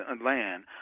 land